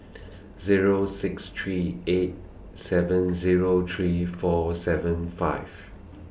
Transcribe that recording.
Zero six three eight seven Zero three four seven five